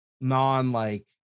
non-like